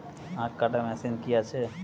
আখ কাটা মেশিন কি আছে?